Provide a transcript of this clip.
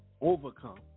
overcome